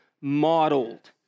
modeled